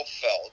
felt